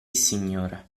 signore